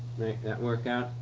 that work out?